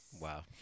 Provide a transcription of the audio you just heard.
Wow